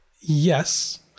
Yes